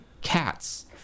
cats